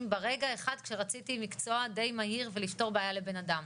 ברגע האחד כשרציתי מקצוע די מהיר ולפתור בעיה לבנאדם.